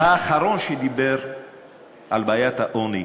האחרון שדיבר על בעיית העוני